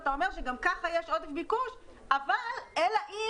ואתה אומר שגם כך יש עודף ביקוש אבל אלא אם